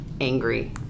angry